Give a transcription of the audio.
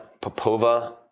Popova